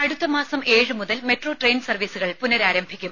രുര അടുത്ത മാസം ഏഴു മുതൽ മെട്രോ ട്രെയിൻ സർവീസുകൾ പുനഃരാരംഭിക്കും